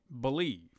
believe